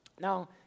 Now